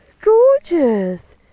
Gorgeous